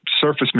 surface